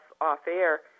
off-air